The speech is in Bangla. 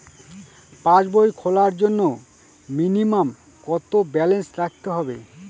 পাসবই খোলার জন্য মিনিমাম কত ব্যালেন্স রাখতে হবে?